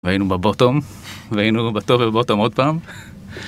והיינו בבוטום, והיינו בתור בבוטום עוד פעם.